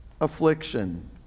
affliction